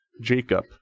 Jacob